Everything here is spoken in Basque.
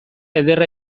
ederra